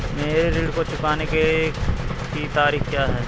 मेरे ऋण को चुकाने की तारीख़ क्या है?